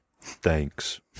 Thanks